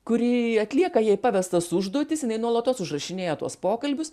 kuri atlieka jai pavestas užduotis jinai nuolatos užrašinėja tuos pokalbius